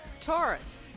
Taurus